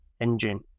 engine